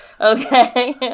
okay